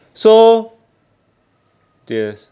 so yes